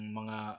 mga